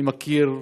אני מכיר,